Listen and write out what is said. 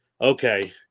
okay